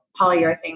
polyurethane